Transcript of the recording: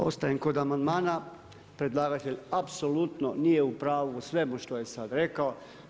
Ostajem kod amandmana, predlagatelj apsolutno nije u pravu u svemu što je sad rekao.